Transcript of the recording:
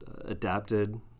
adapted